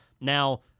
Now